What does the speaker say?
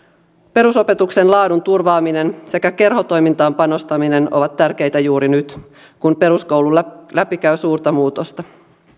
perusopetuksen laadun turvaaminen sekä kerhotoimintaan panostaminen ovat tärkeitä juuri nyt kun peruskoulu läpikäy suurta muutosta